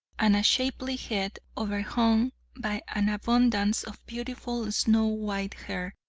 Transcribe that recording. and a shapely head, overhung by an abundance of beautiful snow-white hair,